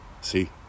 See